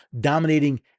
dominating